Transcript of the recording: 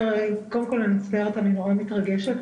אני מאוד מצטערת,